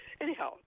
Anyhow